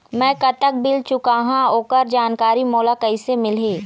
मैं कतक बिल चुकाहां ओकर जानकारी मोला कइसे मिलही?